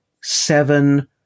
seven